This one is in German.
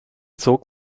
zog